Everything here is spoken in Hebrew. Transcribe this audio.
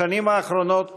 בשנים האחרונות